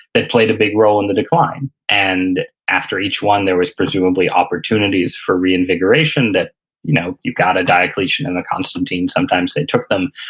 that played a big role in the decline and after each one, there was presumably opportunities for re-invigoration that you know you've got a dilation in the constant team. sometimes they took them,